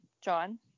John